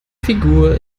figur